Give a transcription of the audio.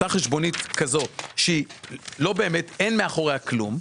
אותה חשבונית כזאת שאין מאחוריה כלום,